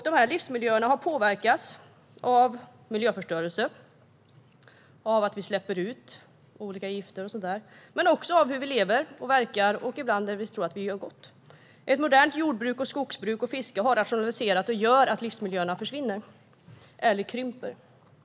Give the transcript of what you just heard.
De här livsmiljöerna har påverkats av miljöförstörelse, såsom att vi släpper ut olika gifter, men också av hur vi lever och verkar, även ibland när vi tror att vi gör gott. Modernt jordbruk, skogsbruk och fiske har rationaliserats och gör att livsmiljöerna försvinner eller krymper.